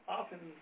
often